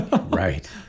Right